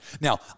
Now